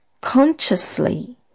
consciously